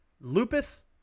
lupus